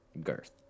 Girth